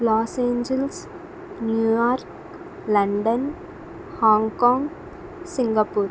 Los Angeles New York London Hong Kong Singapore